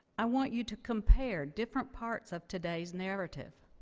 i want you to compare different parts of today's narrative,